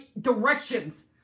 directions